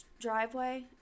driveway